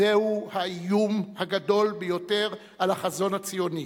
זהו האיום הגדול ביותר על החזון הציוני.